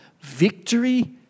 Victory